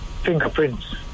fingerprints